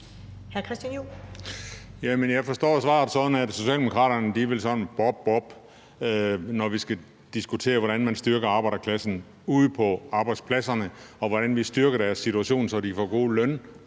Jeg forstår svaret sådan, at Socialdemokraterne sådan vil sige bob-bob, når vi skal diskutere, hvordan man styrker arbejderklassen ude på arbejdspladserne, og hvordan vi styrker deres situation, så de får god løn